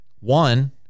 one